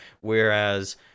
whereas